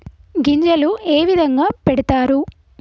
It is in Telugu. గింజలు ఏ విధంగా పెడతారు?